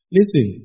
Listen